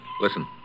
Listen